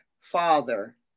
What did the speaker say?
father